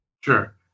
Sure